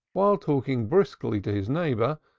while talking briskly to his neighbor,